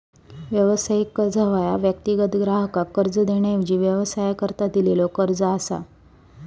व्यावसायिक कर्ज ह्या वैयक्तिक ग्राहकाक कर्ज देण्याऐवजी व्यवसायाकरता दिलेलो कर्ज असा